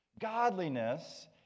Godliness